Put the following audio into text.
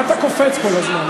מה אתה קופץ כל הזמן?